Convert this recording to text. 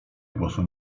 głosu